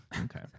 okay